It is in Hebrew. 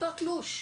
אותו תלוש,